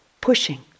pushing